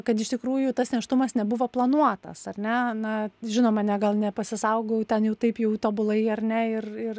kad iš tikrųjų tas nėštumas nebuvo planuotas ar ne na žinoma ne gal nepasisaugojau ten jau taip jau tobulai ar ne ir ir